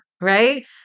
right